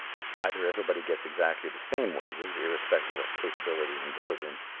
either everybody gets exactly the same wages irrespective of capability and diligence,